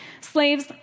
Slaves